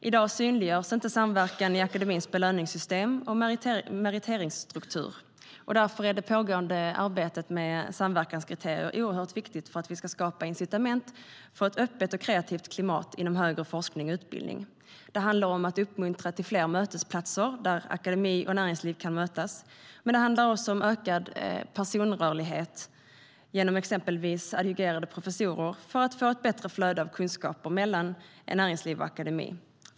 I dag synliggörs inte samverkan i akademins belöningssystem och meriteringsstruktur. Därför är det pågående arbetet med samverkanskriterier oerhört viktigt för att skapa incitament för ett mer öppet och kreativt klimat inom högre forskning och utbildning. Det handlar om att uppmuntra till fler mötesplatser där akademi och näringsliv kan mötas, men också om ökad personrörlighet genom exempelvis adjungerande professorer för att få ett bättre flöde av kunskaper mellan näringsliv och akademi.